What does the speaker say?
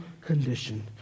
condition